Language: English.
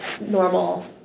normal